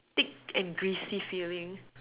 thick and greasy feeling